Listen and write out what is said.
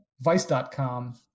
vice.com